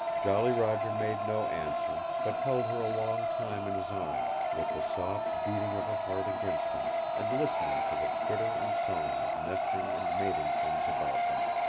jolly roger made no answer, but held her a long time in his arms, with the soft beating of her heart against him, and listened to the twitter and song of nesting and mating things about them.